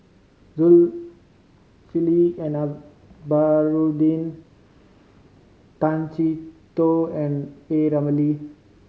Zulkifli and Baharudin Tay Chee Toh and A Ramli